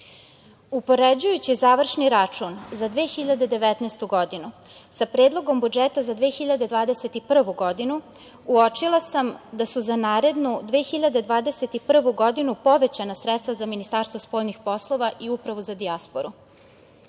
regionu. Upoređujući završni račun za 2019. godinu, sa Predlogom budžeta za 2021. godinu, uočila sam da su za narednu 2021. godinu povećana sredstva za Ministarstvo spoljnih poslova i Upravu za dijasporu. To